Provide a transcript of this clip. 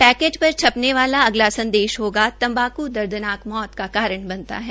packet पर छपेन वाला अगला संदेश होगा तम्बाकू दर्दनाक मौत का कारण बनता है